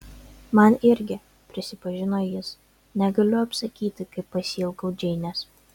man irgi prisipažino jis negaliu apsakyti kaip pasiilgau džeinės